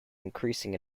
increasing